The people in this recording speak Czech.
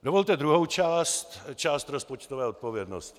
Dovolte druhou část, část rozpočtové odpovědnosti.